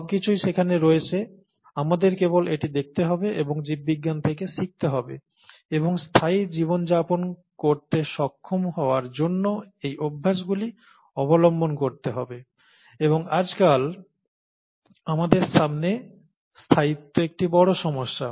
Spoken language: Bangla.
সবকিছুই সেখানে রয়েছে আমাদের কেবল এটি দেখতে হবে এবং জীববিজ্ঞান থেকে শিখতে হবে এবং স্থায়ী জীবনযাপন করতে সক্ষম হওয়ার জন্য এই অভ্যাসগুলি অবলম্বন করতে হবে এবং আজকাল আমাদের সামনে স্থায়িত্ব একটি বড় সমস্যা